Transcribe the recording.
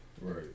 Right